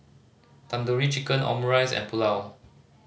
Tandoori Chicken Omurice and Pulao